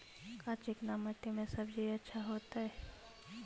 का चिकना मट्टी में सब्जी अच्छा होतै?